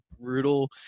brutal